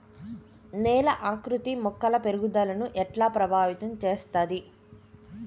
నేల ఆకృతి మొక్కల పెరుగుదలను ఎట్లా ప్రభావితం చేస్తది?